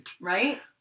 Right